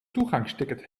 toegangsticket